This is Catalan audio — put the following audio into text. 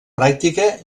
pràctica